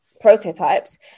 prototypes